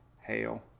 hail